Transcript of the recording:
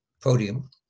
podium